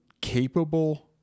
capable